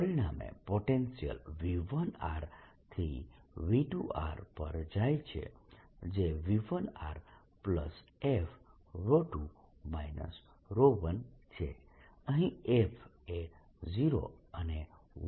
પરિણામે potential V1r થી V2r પર જાય છે જે V1rf2 1 છે અહીં f એ 0 અને 1 ની વચ્ચે છે